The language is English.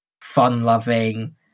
fun-loving